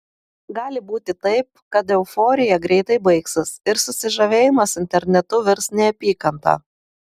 gali būti taip kad euforija greitai baigsis ir susižavėjimas internetu virs neapykanta